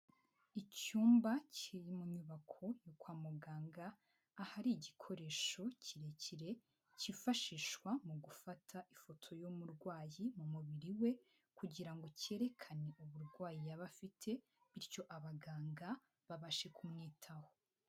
Icyumba kiri mu nyubako yo kwa muganga, ahari igikoresho kirekire cyifashishwa mu gufata ifoto y'umurwayi mu mubiri we kugira ngo cyerekane uburwayi yaba afite bityo abaganga babashe kumwitaho.